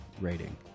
rating